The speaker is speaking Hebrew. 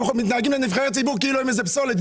מתנהגים לנבחרי ציבור כאילו הם איזה פסולת.